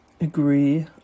Agree